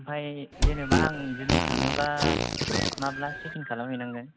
ओमफ्राय जेन'बा आं दिनै थाङोबा माब्ला चेक इन खालामहैनांगोन